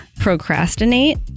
procrastinate